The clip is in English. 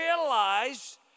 realize